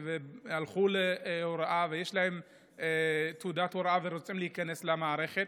והלכו להוראה ויש להם תעודת הוראה ורוצים להיכנס למערכת.